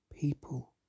people